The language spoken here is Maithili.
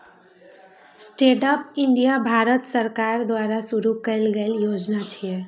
स्टैंडअप इंडिया भारत सरकार द्वारा शुरू कैल गेल योजना छियै